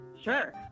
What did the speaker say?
Sure